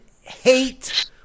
hate